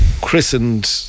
christened